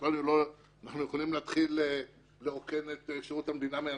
אנחנו יכולים להתחיל לרוקן את שירות המדינה מאנשים,